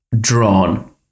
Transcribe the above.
drawn